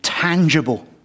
tangible